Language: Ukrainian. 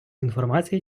інформації